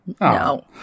No